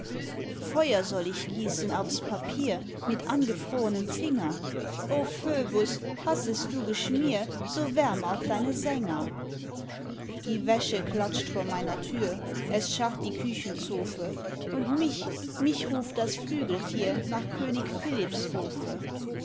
feu'r soll ich gießen aufs papier mit angefrornem finger o phöbus hassest du geschmier so wärm auch deine sänger die wäsche klatscht vor meiner tür es scharrt die küchenzofe und mich mich ruft das flügeltier nach könig philipps hofe